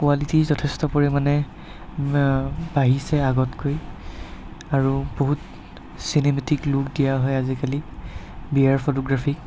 quality যথেষ্ট পৰিমাণে বাঢ়িছে আগতকৈ আৰু বহুত চিনেমেটিক লুক দিয়া হয় আজিকালি বিয়াৰ ফটোগ্ৰাফিক